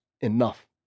enough